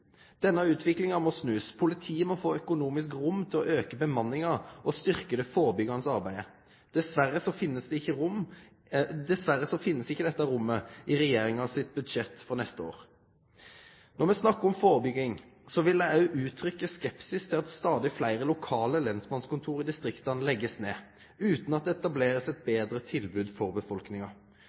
Denne utviklinga må snuast. Politiet må få økonomisk rom til å auke bemanninga og styrkje det førebyggjande arbeidet. Dessverre finst ikkje dette rommet i regjeringa sitt budsjett for neste år. Når me snakkar om førebygging, vil eg òg uttrykkje skepsis til at stadig fleire lokale lensmannskontor i distrikta blir lagde ned utan at det blir etablert eit betre tilbod for befolkninga.